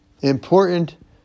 important